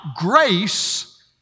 grace